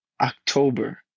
October